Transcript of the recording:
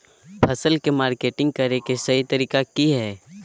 फसल के मार्केटिंग करें कि सही तरीका की हय?